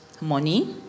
money